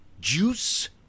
Juice